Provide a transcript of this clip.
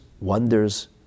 Wonders